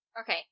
Okay